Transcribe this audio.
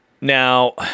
Now